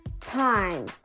time